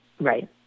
Right